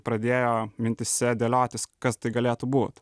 pradėjo mintyse dėliotis kas tai galėtų būt